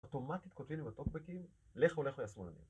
אוטומטית כותבים לי בטוקבקים, לכו לכו י'שמאלנים.